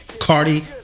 Cardi